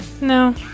no